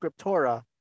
scriptura